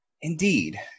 Indeed